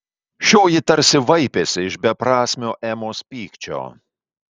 šioji tarsi vaipėsi iš beprasmio emos pykčio